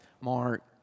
Mark